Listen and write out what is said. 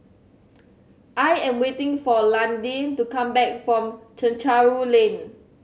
I am waiting for Londyn to come back from Chencharu Lane